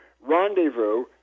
rendezvous